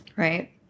Right